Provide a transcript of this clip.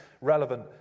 relevant